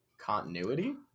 continuity